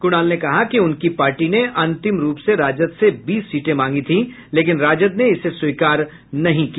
कुणाल ने कहा कि उनकी पार्टी ने अंतिम रूप से राजद से बीस सीटें मांगी थी लेकिन राजद ने इसे स्वीकार नहीं किया